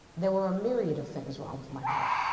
there were a myriad of things wrong with my heart.